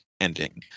ending